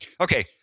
Okay